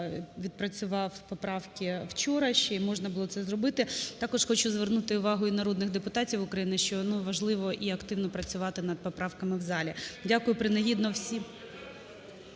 відпрацював поправки вчора ще, і можна було це зробити. Також хочу звернути увагу і народних депутатів України, що важливо і активно працювати над поправками в залі. Дякую принагідно всім.